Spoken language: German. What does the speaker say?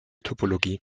topologie